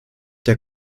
der